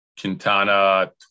Quintana